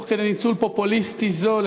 תוך כדי ניצול פופוליסטי זול,